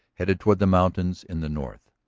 headed toward the mountains in the north.